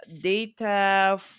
data